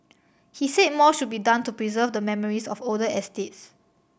he said more should be done to preserve the memories of older estates